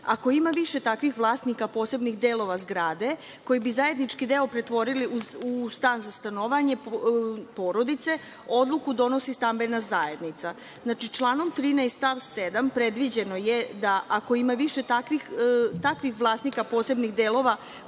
ako ima više takvih vlasnika posebnih delova zgrade, koji bi zajednički deo pretvorili u stan za stanovanje porodice, odluku donosi stambena zajednica. Znači članom 13. stav 7. Predviđeno je da ako ima više takvih vlasnika posebnih delova